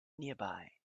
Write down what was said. nearby